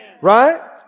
right